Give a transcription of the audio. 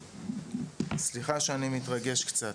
סליחה שאני מתרגש קצת.